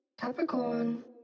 Capricorn